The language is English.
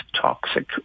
toxic